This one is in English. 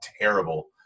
terrible